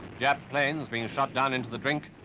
jap planes being shot down into the drink,